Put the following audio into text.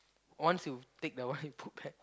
once you take that one you put back